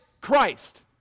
Christ